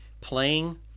playing